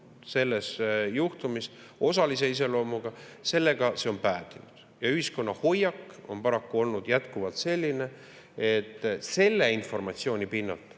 selle juhtumi kohta, on osalise iseloomuga. Sellega on see päädinud. Ühiskonna hoiak on paraku olnud jätkuvalt selline, et selle informatsiooni pinnalt,